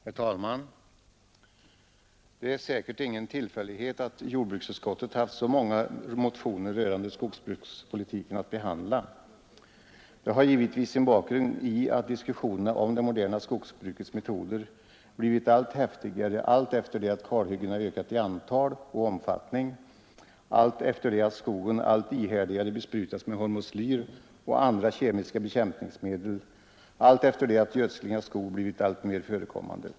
Herr talman! Det är säkert ingen tillfällighet att jordbruksutskottet har haft så många motioner rörande skogsbrukspolitiken att behandla. Det har givetvis sin bakgrund i att diskussionerna om det moderna skogsbrukets metoder blivit allt häftigare alltefter det att kalhyggena har ökat i antal och omfattning, alltefter det att skogen allt ihärdigare besprutats med hormoslyr och andra kemiska bekämpningsmedel, alltefter det att gödsling av skog blivit alltmer förekommande.